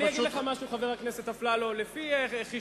אני אגיד לך משהו, חבר הכנסת אפללו: לפי חישובי,